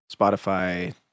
Spotify